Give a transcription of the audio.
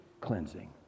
cleansing